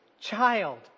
child